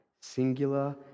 singular